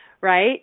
Right